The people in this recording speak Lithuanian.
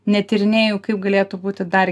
netyrinėju kaip galėtų būti dar